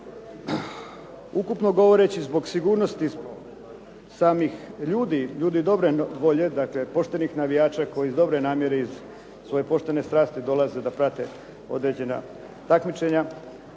Ukupno govoreći zbog sigurnosti samih ljudi, ljudi dobre volje, dakle poštenih navijača koji iz dobre namjere iz svoje poštene strasti dolaze da prate određena takmičenja,